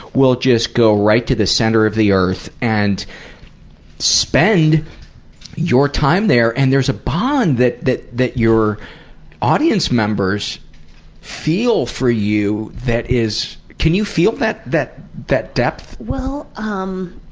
will just go right to the center of the earth and spend your time there and there's a bond that that your audience members feel for you that is. can you feel that, that, that depth? well, um,